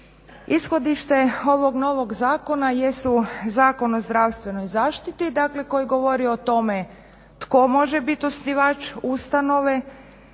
Ishodište ovog novog zakona jesu Zakon o zdravstvenoj zaštiti koji govori o tome tko može biti osnivač ustanove